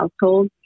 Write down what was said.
household